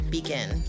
Begin